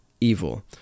evil